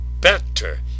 better